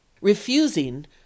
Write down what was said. Refusing